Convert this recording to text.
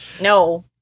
no